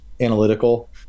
analytical